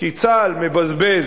כי צה"ל מבזבז